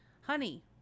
honey